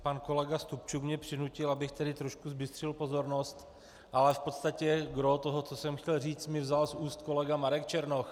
Pan kolega Stupčuk mě přinutil, abych trošku zbystřil pozornost, ale v podstatě gros toho, co jsem chtěl říct, mi vzal z úst kolega Marek Černoch.